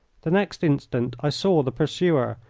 the next instant i saw the pursuer,